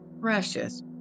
precious